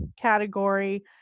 category